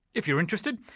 if you're interested,